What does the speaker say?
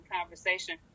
conversation